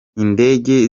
indege